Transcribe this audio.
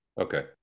Okay